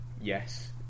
yes